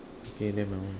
okay then my one